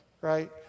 right